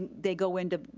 they go into,